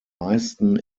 meisten